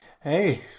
hey